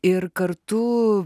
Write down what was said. ir kartu